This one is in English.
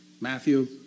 Matthew